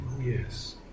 yes